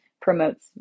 promotes